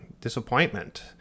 disappointment